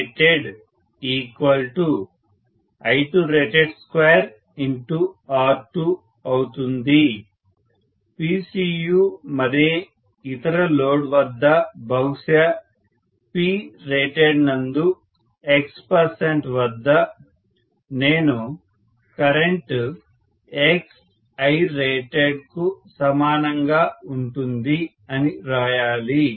PCUratedI2rated2R2 అవుతుంది PCU మరే ఇతర లోడ్ వద్ద బహుశా Prated నందు x వద్ద నేను కరెంట్ xIrated కు సమానంగా ఉంటుంది అని రాయాలి